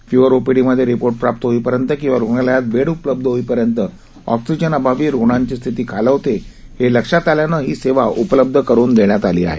fever OPD मध्ये report प्राप्त होई पर्यंत किंवा रुग्णालयात बेड उपलब्ध होईपर्यंत ऑक्सिजन अभावी रुग्णाची स्थिती खालवते हे लक्षात आल्यानं ही सेवा उपलब्ध करून देण्यात आली आहेत